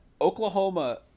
Oklahoma